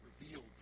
revealed